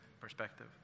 perspective